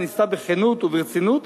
וניסתה בכנות וברצינות,